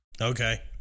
Okay